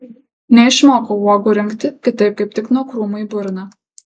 neišmokau uogų rinkti kitaip kaip tik nuo krūmų į burną